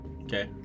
Okay